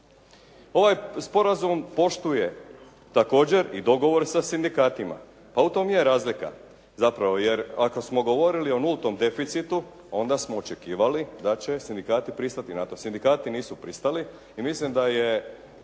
Ovaj sporazum poštuje također i dogovor sa sindikatima. Pa u tome je razlika. Zapravo jer ako smo govorili o nultom deficitu onda smo očekivali da će sindikati pristati na to. Sindikati nisu pristali i mislim da je